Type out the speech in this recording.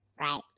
right